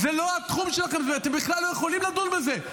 זה לא התחום שלכם, אתם בכלל לא יכולים לדון בזה.